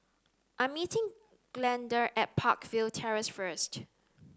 I'm meeting Glenda at Peakville Terrace first